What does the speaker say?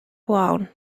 brown